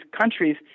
countries